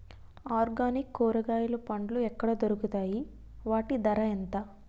Organic కూరగాయలు పండ్లు ఎక్కడ దొరుకుతాయి? వాటి ధర ఎంత?